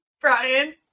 Brian